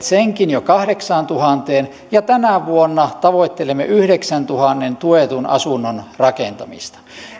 senkin jo kahdeksaantuhanteen ja tänä vuonna tavoittelemme yhdeksäntuhannen tuetun asunnon rakentamista